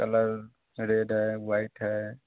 colour red है white है